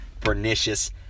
pernicious